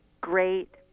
great